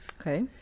okay